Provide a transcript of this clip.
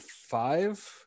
five